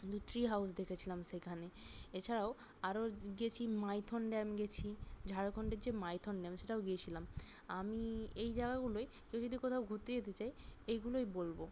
কিন্তু tree house দেখেছিলাম সেখানে এছাড়াও আরও গেছি মাইথন ড্যাম গেছি ঝাড়খণ্ডের যে মাইথন ড্যাম সেটাও গিয়েছিলাম আমি এই জাগাগুলোয় কেউ যদি কোথাও ঘুরতে যেতে চায় এগুলোই বলবো